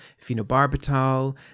phenobarbital